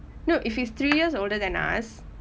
no if he's three years older than us